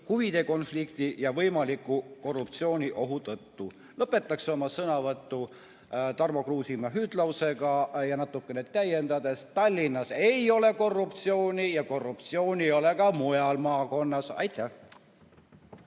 huvide konflikti ja võimaliku korruptsiooniohu tõttu. Lõpetaksin oma sõnavõtu Tarmo Kruusimäe hüüdlausega seda natukene täiendades: Tallinnas ei ole korruptsiooni ja korruptsiooni ei ole ka mujal maakonnas. Aitäh!